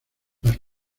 las